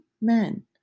men